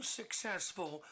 successful